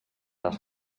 els